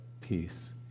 peace